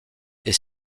est